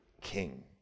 king